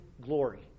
glory